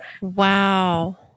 Wow